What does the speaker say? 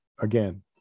again